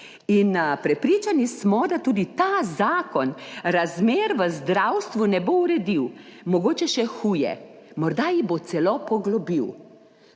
In prepričani smo, da tudi ta zakon razmer v zdravstvu ne bo uredil, mogoče še huje, morda jih bo celo poglobil.